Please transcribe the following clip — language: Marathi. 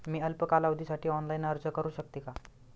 मी अल्प कालावधीसाठी ऑनलाइन अर्ज करू शकते का?